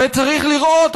וצריך לראות,